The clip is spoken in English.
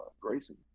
Grayson